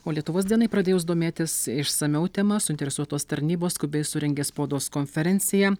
o lietuvos dienai pradėjus domėtis išsamiau tema suinteresuotos tarnybos skubiai surengė spaudos konferenciją